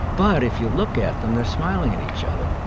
but if you look at them, they're smiling at each other.